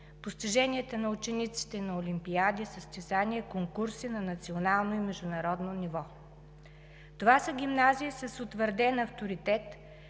постиженията на учениците на олимпиади, състезания, конкурси на национално и международно ниво. Това са гимназии с утвърден авторитет,